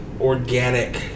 organic